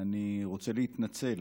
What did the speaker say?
אני רוצה להתנצל